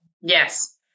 Yes